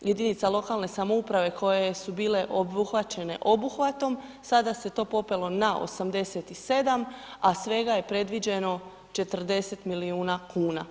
jedinica lokalne samouprave koje su bile obuhvaćene obuhvatom, sada se to popelo na 87, a svega je predviđeno 40 milijuna kuna.